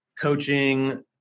coaching